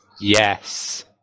Yes